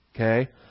Okay